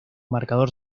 marcador